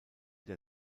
der